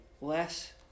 less